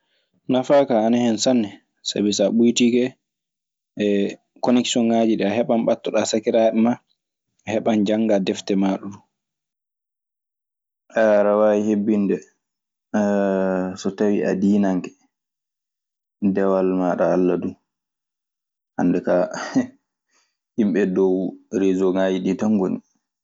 Nafa ka ana hen sanne, sabi so a ɓuytiike e connektiongaji ɗi. A heɓam ɓattoɗa sakiraaɓe maa, a heɓam jannga defte ma dum. Aɗa waawi hebbinde so tawi ko a dinanke dewal ma Allah du. Hannde ka yimɓe dow resoŋaaji ɗi tan ngoni.